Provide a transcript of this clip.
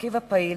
המרכיב הפעיל,